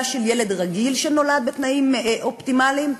של ילד רגיל שנולד בתנאים אופטימליים.